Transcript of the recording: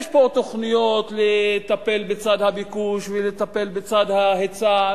יש פה תוכניות לטפל בצד הביקוש ולטפל בצד ההיצע,